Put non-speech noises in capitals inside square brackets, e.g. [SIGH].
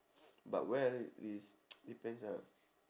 but well is [NOISE] depends ah